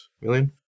million